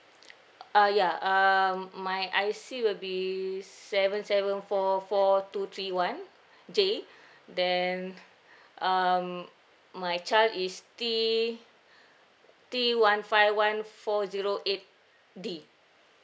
uh ya um my I_C will be seven seven four four two three one J then um my child is T T one five one four zero eight D